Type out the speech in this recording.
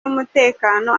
y’umutekano